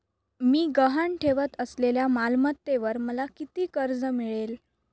मी गहाण ठेवत असलेल्या मालमत्तेवर मला किती कर्ज मिळेल?